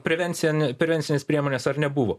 prevencija ne prevencinės priemonės ar nebuvo